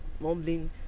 mumbling